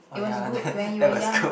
it was good when you were young